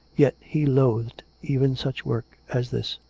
yet he loathed even such work as this.